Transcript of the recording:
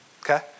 Okay